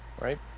right